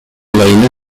olayını